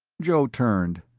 joe turned.